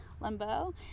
Limbo